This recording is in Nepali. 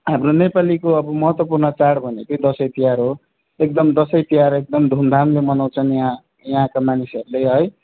हाम्रो नेपालीको अब महत्त्वपूर्ण चाड भनेकै दशैँ तिहार हो एकदम दशैँ तिहार एकदम धुमधामले मनाउछन् यहाँ यहाँका मानिसहरूले है